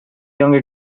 younger